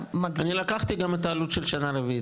אתה מגדיל --- אני לקחתי גם את העלות של השנה הרביעית.